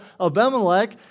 Abimelech